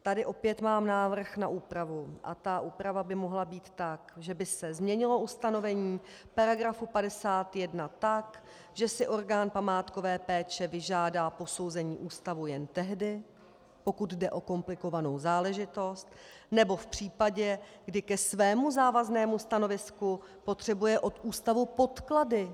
Tady opět mám návrh na úpravu a ta úprava by mohla být tak, že by se změnilo ustanovení § 51 tak, že si orgán památkové péče vyžádá posouzení ústavu jen tehdy, pokud jde o komplikovanou záležitost, nebo v případě, kdy ke svém závaznému stanovisku potřebuje od ústavu podklady.